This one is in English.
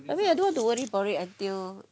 I mean I don't have to worry about it until